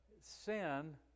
Sin